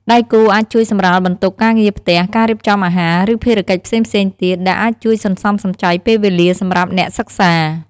ដៃគូអាចជួយសម្រាលបន្ទុកការងារផ្ទះ ការរៀបចំអាហារ ឬភារកិច្ចផ្សេងៗទៀត ដែលអាចជួយសន្សំសំចៃពេលវេលាសម្រាប់អ្នកសិក្សា។